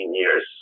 years